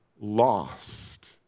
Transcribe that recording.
lost